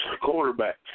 quarterback